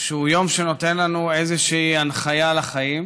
שהוא יום שנותן לנו איזושהי הנחיה לחיים,